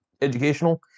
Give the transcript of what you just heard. educational